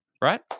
right